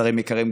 שרים יקרים,